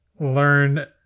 learn